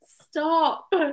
Stop